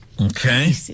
Okay